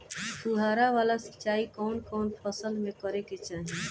फुहारा वाला सिंचाई कवन कवन फसल में करके चाही?